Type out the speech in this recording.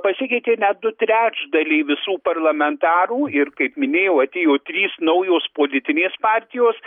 pasikeitė net du trečdaliai visų parlamentarų ir kaip minėjau atėjo trys naujos politinės partijos